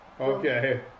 okay